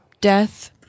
death